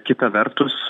kita vertus